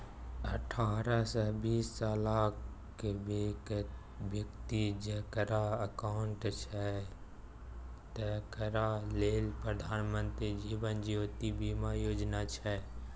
अठारहसँ बीस सालक बेकती जकरा अकाउंट छै तकरा लेल प्रधानमंत्री जीबन ज्योती बीमा योजना छै